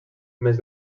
més